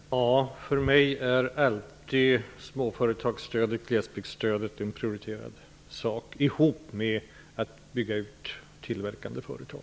Fru talman! För mig är småföretagsstödet och glesbygdsstödet alltid prioriterade åtgärder tillsammans med stödet till tillverkande företag.